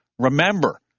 Remember